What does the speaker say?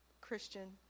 Christian